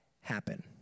happen